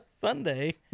Sunday